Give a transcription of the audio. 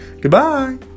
Goodbye